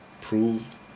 prove